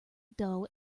dull